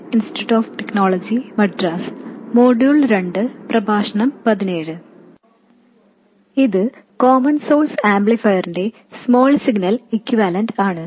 ഇത് common source ആംപ്ലിഫയറിന്റെ small signal equivalent ആണ്